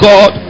God